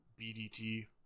BDT